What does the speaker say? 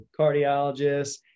cardiologists